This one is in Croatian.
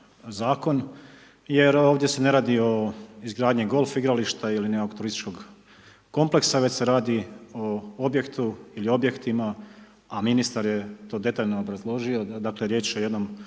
Zakon, jer ovdje se ne radi o izgradnji golf igrališta ili nekog turističkog kompleksa, već se radi o objektu ili objektima, a ministar je to detaljno obrazložio, dakle, riječ je o jednom